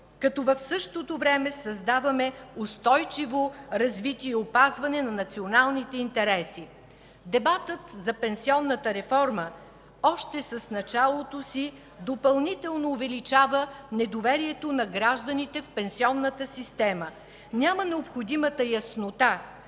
като в същото време създаваме устойчиво развитие и опазване на националните интереси. Дебатът за пенсионната реформа още в началото допълнително увеличава недоверието на гражданите в пенсионната система. Няма необходимата яснота,